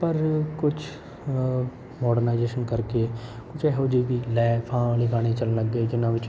ਪਰ ਕੁਛ ਮੌਰਡਨਾਜੇਸ਼ਨ ਕਰਕੇ ਕੁਝ ਇਹੋ ਜਿਹੇ ਵੀ ਲੈ ਫਾਂ ਵਾਲੇ ਗਾਣੇ ਚੱਲਣ ਲੱਗ ਗਏ ਜਿਹਨਾਂ ਵਿੱਚ